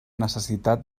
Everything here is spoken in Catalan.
necessitat